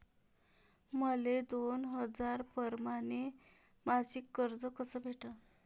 मले दोन हजार परमाने मासिक कर्ज कस भेटन?